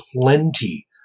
plenty